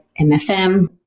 MFM